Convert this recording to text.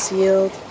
yield